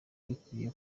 bikwiye